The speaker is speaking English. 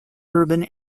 urban